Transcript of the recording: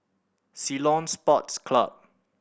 Ceylon Sports Club